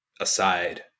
aside